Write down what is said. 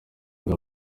bwa